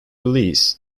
release